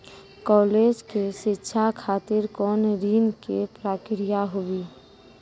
College के शिक्षा खातिर कौन ऋण के प्रक्रिया हुई?